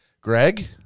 Greg